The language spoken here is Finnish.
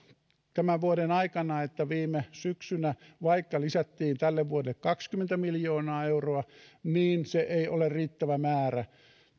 tämän vuoden aikana että vaikka viime syksynä lisättiin tälle vuodelle kaksikymmentä miljoonaa euroa niin se ei ole riittävä määrä